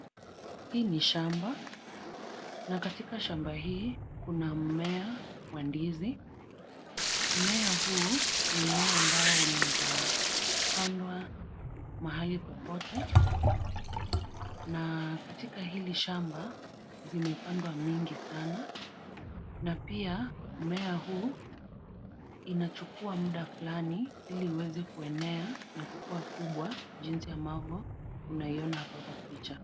Hii shamba na katika shamba hii, kuna mmea wa ndizi. Mmea huo ni mmea ambao unaeza pandwa mahali popote na katika hili shamba zimepangwa nyingi sana na pia mmea huu inachukua muda fulani ili iweze kuenea na kukua kubwa jinsi ambavyo inaonekana Kwa picha.